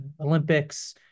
Olympics